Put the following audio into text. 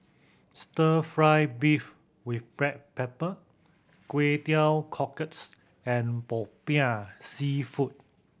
Stir Fry beef with black pepper Kway Teow Cockles and Popiah Seafood